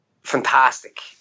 fantastic